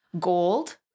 gold